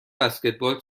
بسکتبال